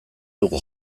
dugu